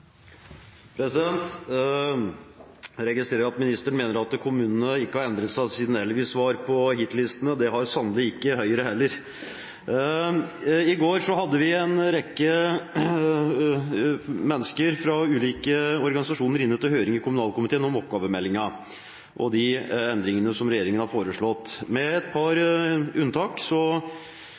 Jeg registrerer at ministeren mener at kommunene ikke har endret seg siden Elvis var på hitlistene – og det har sannelig ikke Høyre heller. I går hadde vi en rekke mennesker fra ulike organisasjoner inne til høring i kommunalkomiteen om oppgavemeldingen og de endringene som regjeringen har foreslått. Med et par unntak